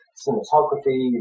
cinematography